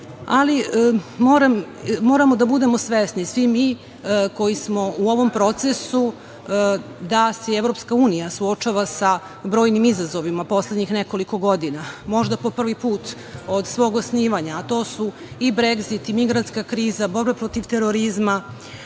Ali, moramo da budemo svesni, svi mi koji smo u ovom procesu, da se EU suočava sa brojnim izazovima poslednjih nekoliko godina, možda po prvi od svog osnivanja, a to su i Bregzit i migrantska kriza, borba protiv terorizma,